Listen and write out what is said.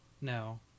no